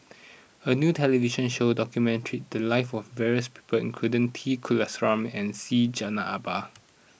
a new television show documented the lives of various people including T Kulasekaram and Syed Jaafar Albar